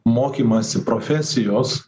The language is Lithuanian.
mokymąsi profesijos